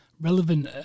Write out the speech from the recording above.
relevant